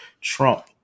Trump